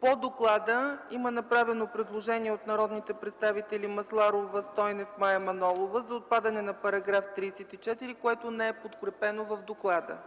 по доклада има направено предложение от народните представители Масларова, Стойнев и Мая Манолова за отпадане § 34, което не е подкрепено. В доклада